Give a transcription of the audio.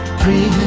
free